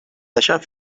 deixar